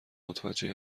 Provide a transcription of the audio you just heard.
متوجه